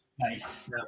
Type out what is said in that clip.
Nice